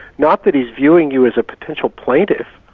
not that he's viewing you as a potential plaintiff.